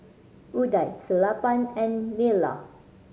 Udai Sellapan and Neila